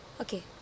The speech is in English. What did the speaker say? Okay